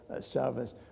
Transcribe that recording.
service